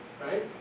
Right